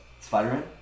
Spider-Man